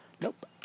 Nope